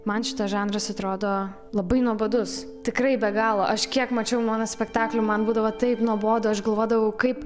man šitas žanras atrodo labai nuobodus tikrai be galo aš kiek mačiau mono spektaklių man būdavo taip nuobodu aš galvodavau kaip